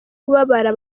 kubabara